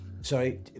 Sorry